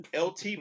LT